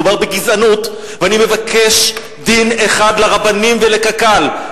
מדובר בגזענות, ואני מבקש דין אחד לרבנים ולקק"ל.